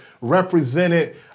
represented